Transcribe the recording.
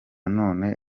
none